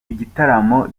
igitaramo